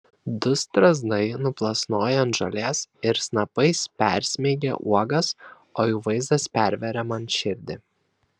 du strazdai nuplasnoja ant žolės ir snapais persmeigia uogas o jų vaizdas perveria man širdį